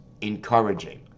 encouraging